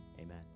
Amen